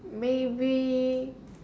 maybe